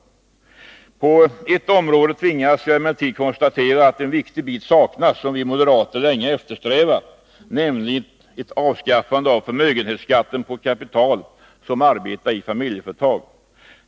På ett område tvingas jag emellertid konstatera att en viktig bit saknas som vi moderater länge eftersträvat, nämligen ett avskaffande av förmögenhetsskatten på kapital som arbetar i familjeföretag.